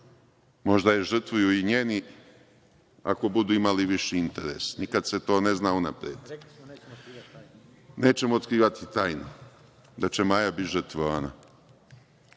Možda je žrtvuju i njeni ako budu imali viši interes. Nikad se to ne zna unapred. Nećemo otkrivati tajnu da će Maja biti žrtvovana.